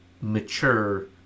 mature